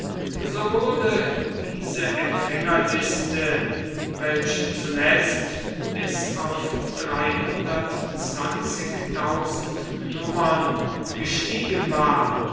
so wurde diese empfängerliste welche zuletzt bis auf nummern gestiegen war